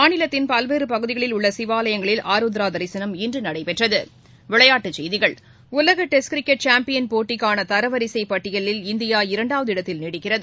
மாநிலத்தின் பல்வேறு பகுதிகளில் உள்ள சிவாலயங்களில் ஆருத்ரா தரிசனம் இன்று நடைபெற்றது உலக டெஸ்ட் கிரிக்கெட் சேம்பியன் போட்டியின் தரவரிசை பட்டியலில் இந்தியா தொடர்ந்து இரண்டாவது இடத்தில் நீடிக்கிறது